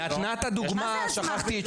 מה זה אז מה?